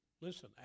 listen